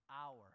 hour